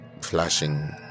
flashing